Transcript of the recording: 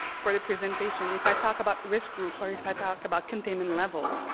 for the presentation, if i talk about risk group, or if i talk about containment level,